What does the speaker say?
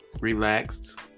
relaxed